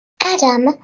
Adam